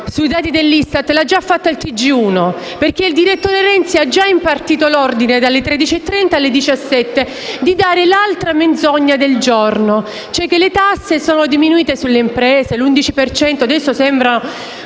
sui dati dell'ISTAT l'ha già fatta il TG1, perché il direttore Renzi ha già impartito l'ordine, dalle 13,30 alle 17, di dare l'altra menzogna del giorno, cioè che le tasse sulle imprese sono diminuite dell'11 per cento (adesso sembrano